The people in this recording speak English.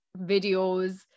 videos